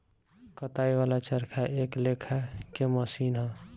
कताई वाला चरखा एक लेखा के मशीन ह